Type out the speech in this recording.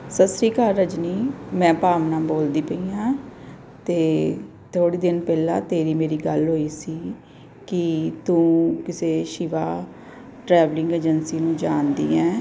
ਸਤਿ ਸ਼੍ਰੀ ਅਕਾਲ ਰਜਨੀ ਮੈਂ ਭਾਵਨਾ ਬੋਲਦੀ ਪਈ ਹਾਂ ਅਤੇ ਥੋੜ੍ਹੀ ਦਿਨ ਪਹਿਲਾਂ ਤੇਰੀ ਮੇਰੀ ਗੱਲ ਹੋਈ ਸੀ ਕਿ ਤੂੰ ਕਿਸੇ ਸ਼ਿਵਾ ਟਰੈਵਲਿੰਗ ਏਜੰਸੀ ਨੂੰ ਜਾਣਦੀ ਹੈ